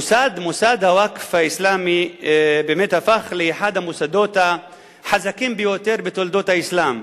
מוסד הווקף האסלאמי באמת הפך לאחד המוסדות החזקים ביותר בתולדות האסלאם.